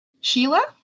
Sheila